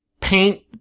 paint